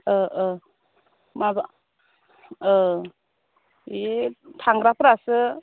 बे थांग्राफोरासो